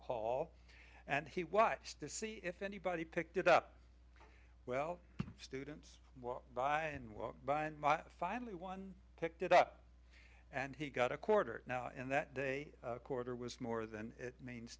hall and he watched to see if anybody picked it up well students walked by and walked by and finally one picked it up and he got a quarter now and that day quarter was more than it means